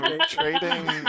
Trading